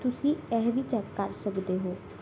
ਤੁਸੀਂ ਇਹ ਵੀ ਚੈੱਕ ਕਰ ਸਕਦੇ ਹੋ